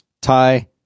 tie